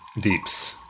Deep's